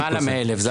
למעלה מ-1,000.